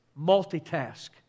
multitask